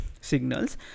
signals